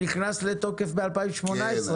שנכנס לתוקף ב-2018.